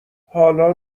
حالا